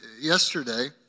yesterday